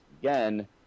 again